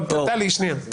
טלי, שנייה.